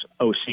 OC